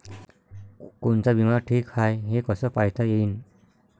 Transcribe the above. कोनचा बिमा ठीक हाय, हे कस पायता येईन?